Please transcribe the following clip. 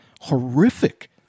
horrific